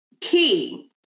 key